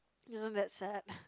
isn't that sad